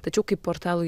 tačiau kaip portalui